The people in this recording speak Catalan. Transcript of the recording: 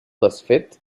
desfet